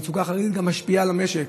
המצוקה של חרדים משפיעה גם על המשק,